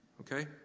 Okay